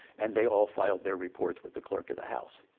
and they all filed their reports with the clerk of the house.